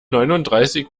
neununddreißig